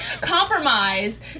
compromise